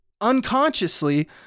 unconsciously